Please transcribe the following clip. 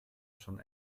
schon